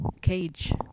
cage